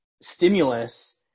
stimulus